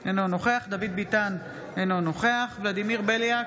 נוכח דוד ביטן, אינו נוכח ולדימיר בליאק,